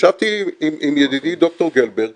ישבתי עם ידידי ד"ר גלברג